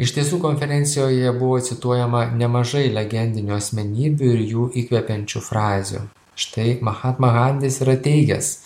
iš tiesų konferencijoje buvo cituojama nemažai legendinių asmenybių ir jų įkvepiančių frazių štai mahatma gandis yra teigęs